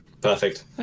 perfect